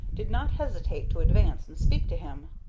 did not hesitate to advance and speak to him.